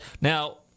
Now